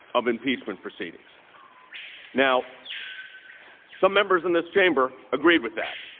of impeachment proceedings now some members in this chamber agreed with that